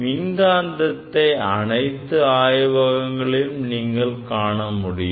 மின் காந்தத்தை அனைத்து ஆய்வகங்களில் நீங்கள் காணமுடியும்